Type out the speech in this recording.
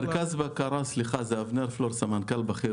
אתה רוצה גם הפעלה מרחוק וגם הפעלה ללא נהג?